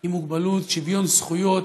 עם מוגבלות, שוויון זכויות,